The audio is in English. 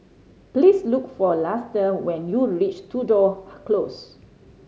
please look for Luster when you reach Tudor Close